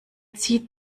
zieht